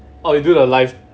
oh they do the live